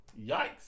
Yikes